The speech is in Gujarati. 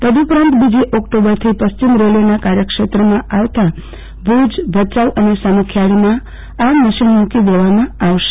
તદઉપરાંત બીજી ઓક્ટોમ્બરથી પશ્ચિમ રેલ્વેના કાર્યક્ષેત્રોમાં આવતા ભુજ ભચાઉ અને સામખિયાળીમાં આ મશીન મુકી દેવામાં આવશે